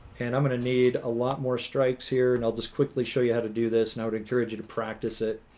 and i'm gonna need a lot more strikes here and i'll just quickly show you how to do this and i would encourage you to practice it